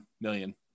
million